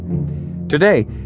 Today